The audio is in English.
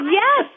yes